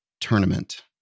tournament